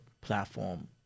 platform